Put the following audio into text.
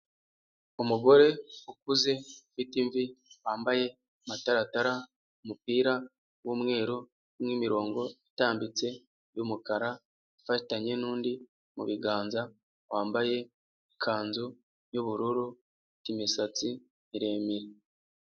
Umugore ukuze ufite imvi wambaye amataratara umupira w'umweru nk'imirongo itambitse y'umukara ufatanye n'undi mubiganza wambaye ikanzu y'ubururu ufite imisatsi miremire.